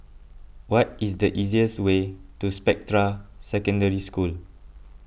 what is the easiest way to Spectra Secondary School